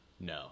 No